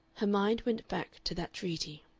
her mind went back to that treaty.